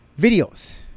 videos